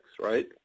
right